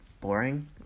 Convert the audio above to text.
boring